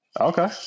Okay